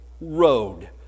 road